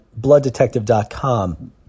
blooddetective.com